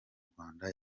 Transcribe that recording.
rwanda